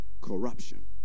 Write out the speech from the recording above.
corruption